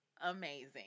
amazing